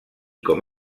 com